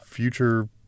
Future